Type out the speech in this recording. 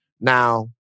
Now